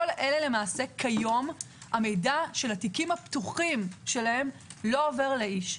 כל אלה כיום המידע של התיקים הפתוחים שלהם לא עובר לאיש.